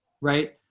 right